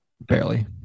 Barely